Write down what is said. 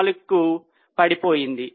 94 కి పడిపోయింది